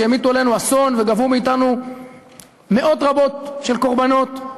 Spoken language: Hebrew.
שהמיטו עלינו אסון וגבו מאתנו מאות רבות של קורבנות,